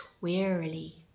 wearily